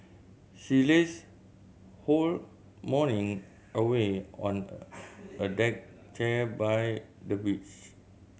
she lazed whole morning away on a a deck chair by the beach